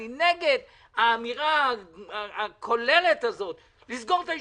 אני נגד האמירה הכוללת שיש לסגור את הישיבות.